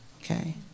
Okay